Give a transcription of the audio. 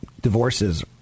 divorces